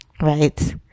Right